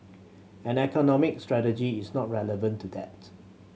and economic strategy is not irrelevant to that